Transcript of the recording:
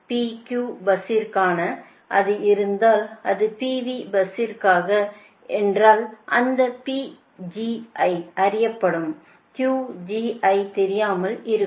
PQ பஸ்சிற்காக அது இருந்தால் அது PV பஸ்சிற்காக என்றால் அந்த அறியப்படும் தெரியாமல் இருக்கும்